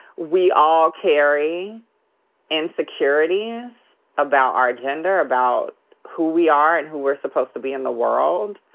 we all carry insecurities about our gender, about who we are and who we're supposed to be in the world.